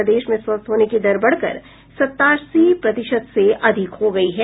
प्रदेश में स्वस्थ होने की दर बढ़कर सतासी प्रतिशत से अधिक हो गयी है